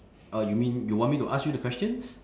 uh you mean you want me to ask you the questions